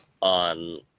on